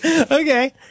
Okay